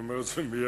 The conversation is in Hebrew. אני אומר את זה מייד,